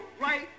right